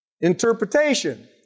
Interpretation